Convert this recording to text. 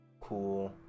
cool